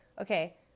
Okay